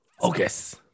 focus